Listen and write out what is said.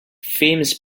famous